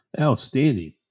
Outstanding